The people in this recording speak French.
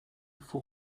faut